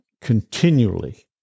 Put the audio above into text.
continually